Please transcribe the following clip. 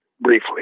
briefly